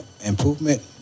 improvement